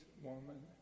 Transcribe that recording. woman